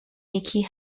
یکی